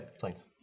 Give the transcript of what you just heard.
thanks